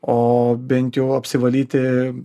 o bent jau apsivalyti